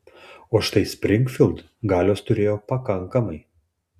o štai springfild galios turėjo pakankamai